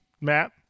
Matt